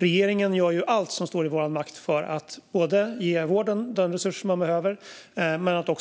Regeringen gör allt som står i dess makt för att både ge vården de resurser den behöver